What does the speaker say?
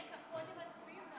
קודם מצביעים,